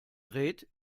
dreht